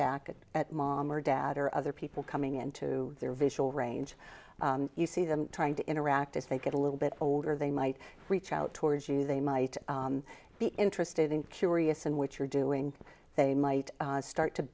back at mom or dad or other people coming into their visual range you see them trying to interact if they get a little bit older they might reach out towards you they might be interested in curious and what you're doing they might start to